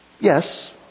Yes